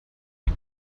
die